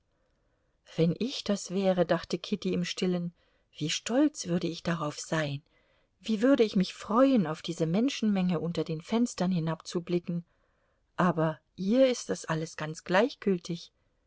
wenn ich das wäre dachte kitty im stillen wie stolz würde ich darauf sein wie würde ich mich freuen auf diese menschenmenge unter den fenstern hinabzublicken aber ihr ist das alles ganz gleichgültig